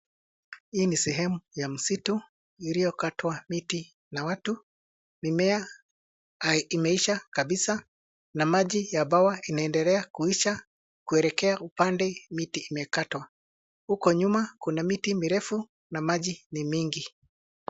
Hii ni sehemu ya msitu iliyokatwa miti na watu. Mimea imeisha kabisa na maji ya bwawa inaendelea kuisha. Kuelekea upande miti imekatwa. Huko nyuma kuna miti mirefu na maji ni mingi.